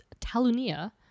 Talunia